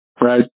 right